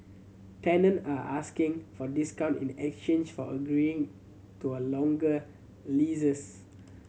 tenant are asking for discount in exchange for agreeing to a longer leases